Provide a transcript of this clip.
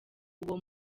uwo